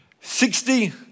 sixty